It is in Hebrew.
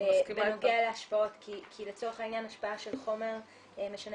בנוגע להשפעות כי לצורך העניין השפעה של חומר משנה